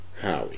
Howie